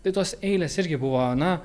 tai tos eilės irgi buvo na